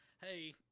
Hey